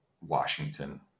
Washington